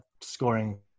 scoring